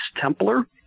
Templar